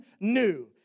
new